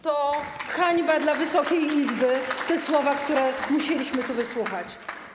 To hańba dla Wysokiej Izby, te słowa, których musieliśmy wysłuchać.